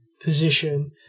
position